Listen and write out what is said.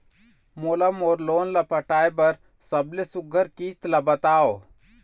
मोला मोर लोन ला पटाए बर सबले सुघ्घर किस्त ला बताव?